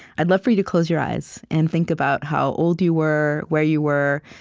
i'd love for you to close your eyes and think about how old you were, where you were,